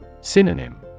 Synonym